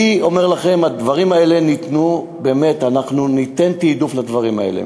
אני אומר לכם, אנחנו ניתן תעדוף לדברים האלה.